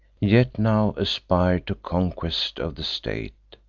yet now aspir'd to conquest of the state,